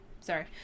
Sorry